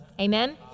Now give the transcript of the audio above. Amen